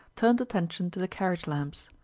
turned attention to the carriage lamps.